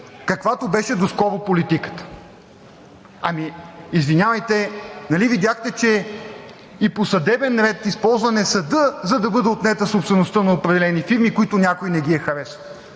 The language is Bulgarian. каквато беше доскоро политиката! Ами, извинявайте, нали видяхте, че и по съдебен ред – използван е съдът, за да бъде отнета собствеността на определени фирми, които някой не ги е харесал,